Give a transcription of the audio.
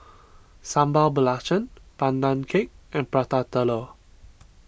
Sambal Belacan Pandan Cake and Prata Telur